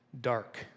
dark